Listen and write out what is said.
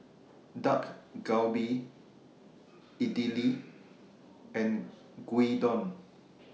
Dak Galbi Idili and Gyudon